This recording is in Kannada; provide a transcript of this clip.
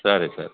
ಸರಿ ಸರಿ